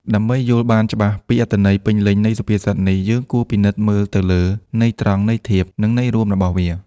ដើម្បីយល់បានច្បាស់ពីអត្ថន័យពេញលេញនៃសុភាសិតនេះ យើងគួរពិនិត្យមើលទៅលើន័យត្រង់ ន័យធៀប និងន័យរួមរបស់វា។